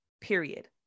Period